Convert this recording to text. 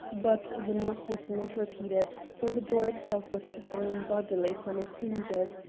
but the knock was not repeated, for the door itself was thrown bodily from its hinges,